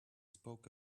spoke